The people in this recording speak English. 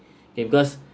kay because